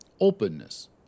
openness